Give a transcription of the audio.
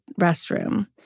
restroom